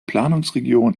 planungsregion